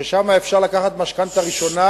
שם אפשר לקחת משכנתה ראשונה,